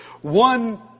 One